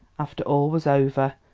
after all was over,